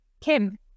Kim